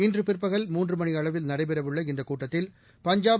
இன்று பற்பகல் மூன்று மணி அளவில் நடைபெறவுள்ள இந்த கூட்டத்தில் பஞ்சாப்